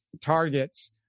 targets